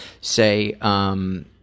say